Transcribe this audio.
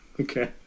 Okay